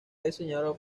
diseñado